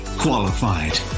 qualified